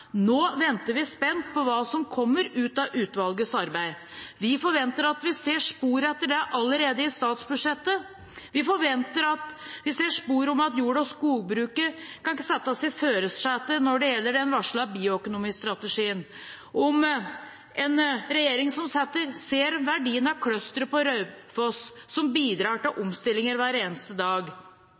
Nå venter vi spent på hva som kommer ut av utvalgets arbeid. Vi forventer at vi ser spor etter det allerede i statsbudsjettet. Vi forventer at vi ser spor av at jord- og skogbruket settes i førersetet når det gjelder den varslede bioøkonomistrategien. Vi forventer en regjering som ser verdien av clusteret på Raufoss, som bidrar til omstillinger hver eneste dag.